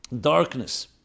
darkness